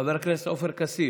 חבר הכנסת עפר כסיף,